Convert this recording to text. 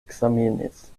ekzamenis